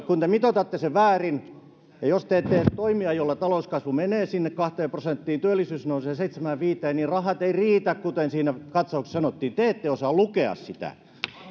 kun te mitoitatte sen väärin ja jos te ette tee toimia joilla talouskasvu menee sinne kahteen prosenttiin työllisyys nousee seitsemäänkymmeneenviiteen niin rahat eivät riitä kuten siinä katsauksessa sanottiin te ette osaa lukea sitä